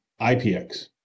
IPX